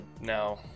now